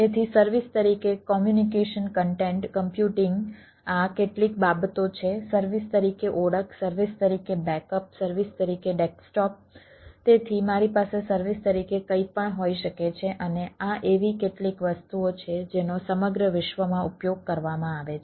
તેથી મારી પાસે સર્વિસ તરીકે કંઈપણ હોઈ શકે છે અને આ એવી કેટલીક વસ્તુઓ છે જેનો સમગ્ર વિશ્વમાં ઉપયોગ કરવામાં આવે છે